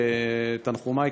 תנחומי,